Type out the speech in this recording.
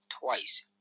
twice